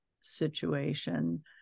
situation